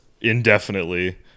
indefinitely